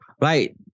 Right